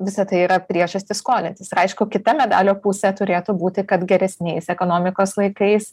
visa tai yra priežastis skolintis ir aišku kita medalio pusė turėtų būti kad geresniais ekonomikos laikais